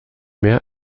mehr